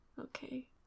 Okay